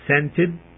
scented